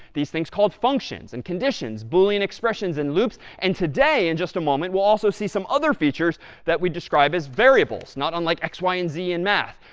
these things called functions and conditions, boolean expressions and loops, and today, in just a moment, we'll also see some other features that we describe as variables, not unlike x, y, and z in math,